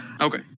Okay